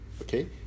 okay